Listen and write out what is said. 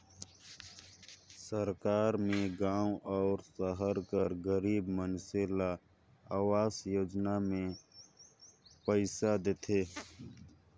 सरकार में गाँव अउ सहर कर गरीब मइनसे ल अवास योजना में पइसा देथे